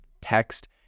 text